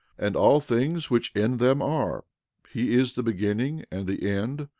and all things which in them are he is the beginning and the end,